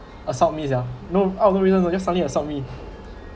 assault me sia no out of no reason just suddenly assault me